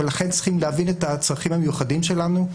ולכן צריכים להבין את הצרכים המיוחדים שלנו.